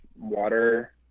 water